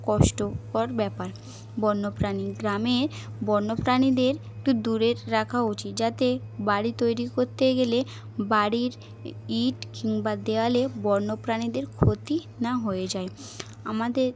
কষ্টকর ব্যাপার বন্যপ্রাণী গ্রামে বন্যপ্রাণীদের একটু দূরের রাখা উচিত যাতে বাড়ি তৈরি করতে গেলে বাড়ির ইট কিংবা দেওয়ালে বন্যপ্রাণীদের ক্ষতি না হয়ে যায় আমাদের